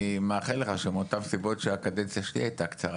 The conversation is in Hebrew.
מאחל לך שמאותן סיבות שהקדנציה שלי הייתה קצרה,